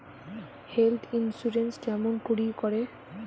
Health insurance কেমন করি করে?